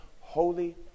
holy